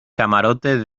camarote